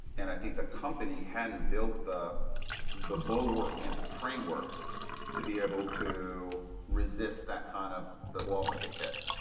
and i think the company hadn't built the the bulwark and the framework to be able to resist kind of the wall that they hit.